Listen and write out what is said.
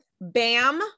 bam